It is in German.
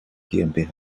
gmbh